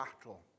battle